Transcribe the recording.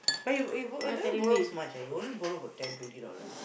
but you you it doesn't borrow so much ah you only borrow for ten twenty dollars